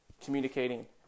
communicating